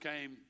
came